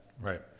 Right